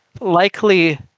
likely